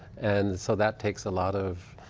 and so that takes a lot of